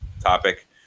topic